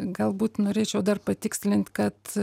galbūt norėčiau dar patikslint kad